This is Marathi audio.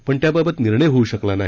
पण त्याबाबत निर्णय होऊ शकला नाही